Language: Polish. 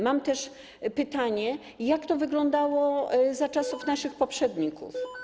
Mam też pytanie: Jak to wyglądało za czasów naszych poprzedników?